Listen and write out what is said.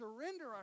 surrender